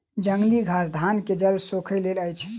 जंगली घास धान के जल सोइख लैत अछि